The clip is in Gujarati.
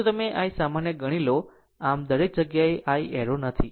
આમ જો તમે I સામાન્ય ગણી લો આમ દરેક જગ્યાએ I એરો નથી